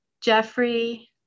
Jeffrey